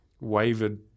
wavered